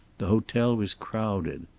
the hotel was crowded.